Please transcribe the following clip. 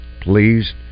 please